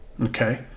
okay